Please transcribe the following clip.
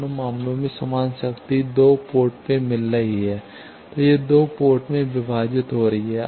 दोनों मामलों में समान शक्ति 2 पोर्ट में मिल रही है तो यह 2 पोर्ट में विभाजित हो रही है